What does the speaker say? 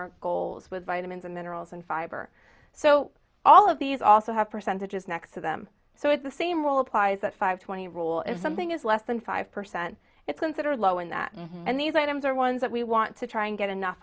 goals with vitamins and minerals and fiber so all of these also have percentages next to them so it's the same rule applies that five twenty rule if something is less than five percent it's considered low in that and these items are ones that we want to try and get enough